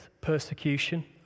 persecution